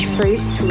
Fruits